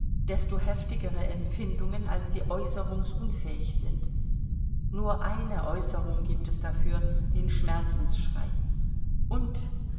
desto heftigere empfindungen als sie äußerungsunfähig sind nur eine äußerung gibt es dafür den schmerzensschrei und